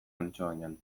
antsoainen